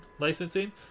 licensing